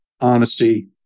honesty